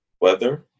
weather